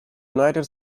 united